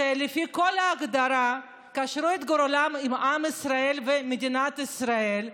שלפי כל הגדרה קשרו את גורלם לעם ישראל ומדינת ישראל,